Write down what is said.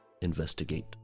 investigate